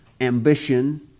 ambition